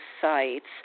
sites